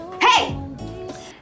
Hey